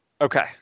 Okay